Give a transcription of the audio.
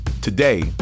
Today